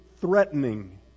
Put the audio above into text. threatening